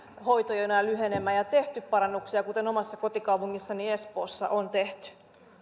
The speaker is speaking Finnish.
hoitojonoja lyhenemään ja tehty parannuksia kuten omassa kotikaupungissani espoossa on tehty